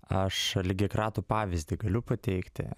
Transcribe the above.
aš lygiagretų pavyzdį galiu pateikti